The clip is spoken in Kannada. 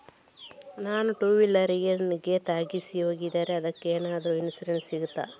ನನ್ನ ಟೂವೀಲರ್ ಗೆ ತಾಗಿಸಿ ಹೋಗಿದ್ದಾರೆ ಅದ್ಕೆ ಎಂತಾದ್ರು ಇನ್ಸೂರೆನ್ಸ್ ಸಿಗ್ತದ?